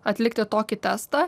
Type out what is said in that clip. atlikti tokį testą